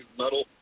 metal